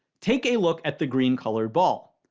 take a look at the green colored ball.